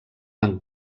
van